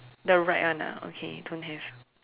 the right one ah okay don't have